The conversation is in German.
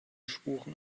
sporen